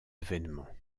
événements